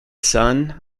son